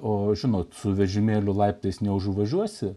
o žinot su vežimėliu laiptais neužvažiuosi